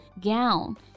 gown